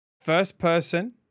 first-person